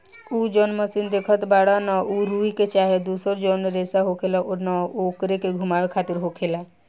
उ जौन मशीन देखत बाड़े न उ रुई के चाहे दुसर जौन रेसा होखेला न ओकरे के घुमावे खातिर होखेला